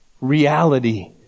reality